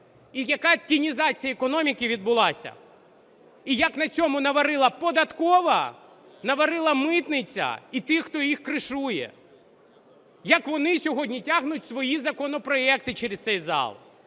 і яка тінізація економіки відбулася? І як на цьому наварила податкова, наварила митниця і ті, хто їх "кришує". Як вони сьогодні тягнуть свої законопроекти через цей зал,